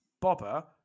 Bobber